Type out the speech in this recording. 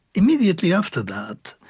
immediately after that,